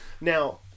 Now